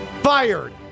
Fired